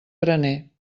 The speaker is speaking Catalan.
graner